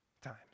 times